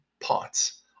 parts